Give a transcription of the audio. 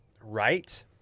right